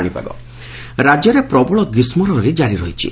ପାଣିପାଗ ରାଜ୍ୟରେ ପ୍ରବଳ ଗ୍ରୀଷ୍କ ଲହରି ଜାରି ରହିଛି